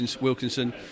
Wilkinson